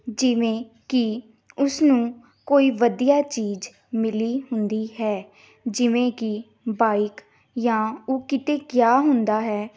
ਜਿਵੇਂ ਕਿ ਉਸਨੂੰ ਕੋਈ ਵਧੀਆ ਚੀਜ਼ ਮਿਲੀ ਹੁੰਦੀ ਹੈ ਜਿਵੇਂ ਕਿ ਬਾਈਕ ਜਾਂ ਉਹ ਕਿਤੇ ਗਿਆ ਹੁੰਦਾ ਹੈ